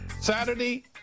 Saturday